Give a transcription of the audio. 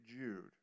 Jude